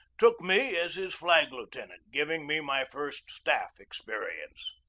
took me as his flag-lieutenant, giving me my first staff experience.